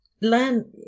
Learn